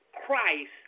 Christ